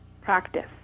practice